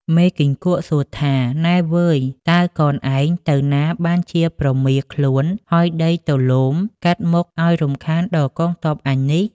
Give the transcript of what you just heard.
មេគីង្គក់សួរថា “ នែវ៉ឺយតើកនឯងទៅណាបានជា ប្រមៀលខ្លួនហុយដីទលោមកាត់មុខឱ្យរំខានដល់កងទ័ពអញនេះ? ” ។